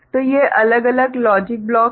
तो ये अलग अलग लॉजिक ब्लॉक हैं